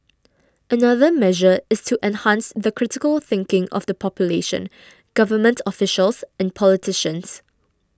another measure is to enhance the critical thinking of the population government officials and politicians